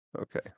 Okay